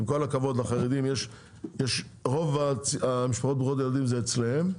עם כל הכבוד רוב המשפחות ברוכות הילדים זה אצל החרדים,